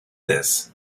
this